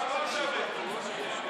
בצומת הכי רגיש של דת ומדינה,